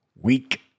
Weak